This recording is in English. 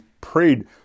prayed